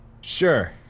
Sure